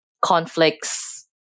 conflicts